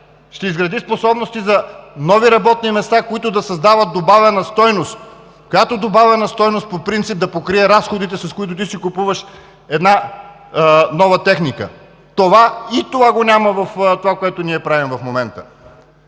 ще изгради способности за нови работни места, които да създават добавена стойност, която добавена стойност по принцип да покрие разходите, с които ти си купуваш една нова техника. И това го няма в това, което ние правим в момента.